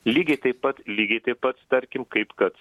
lygiai taip pat lygiai taip pat tarkim kaip kad